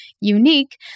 unique